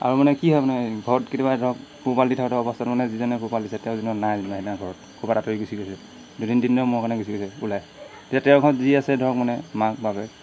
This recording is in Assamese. আৰু মানে কি হয় মানে এই ঘৰত কেতিয়াবা ধৰক পোহপাল দি থাকোঁতে অৱস্থাত মানে যিজনে পোহপাল দিছে তেওঁ যেনিবা নাই যেনিবা সেইদিনা ঘৰত ক'ৰবাত আঁতৰি গুচি গৈছে দুদিন তিনি দিনৰ মূৰৰ কাৰণে গুচি গৈছে ওলাই তেতিয়া তেওঁৰ ঘৰত যি আছে ধৰক মানে মাক বাপেক